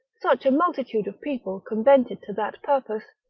such a multitude of people convented to that purpose,